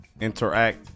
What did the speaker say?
interact